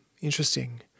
Interesting